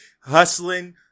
hustling